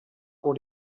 pour